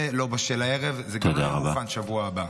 זה לא בשל הערב, זה גם לא יהיה מוכן בשבוע הבא.